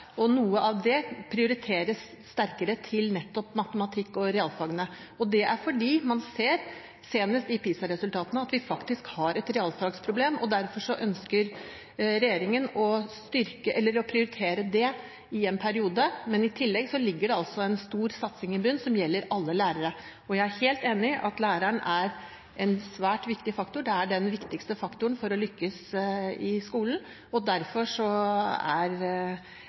og noe av det prioriteres sterkere til nettopp matematikk og realfagene. Det er fordi man ser – senest i PISA-resultatene – at vi faktisk har et realfagsproblem. Derfor ønsker regjeringen å prioritere det i en periode, men i tillegg ligger det altså en stor satsing i bunnen som gjelder alle lærere. Jeg er helt enig i at læreren er en svært viktig faktor, det er den viktigste faktoren for å lykkes i skolen. Derfor er